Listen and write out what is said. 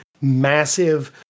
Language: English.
massive